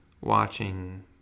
watching